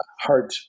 heart